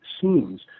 scenes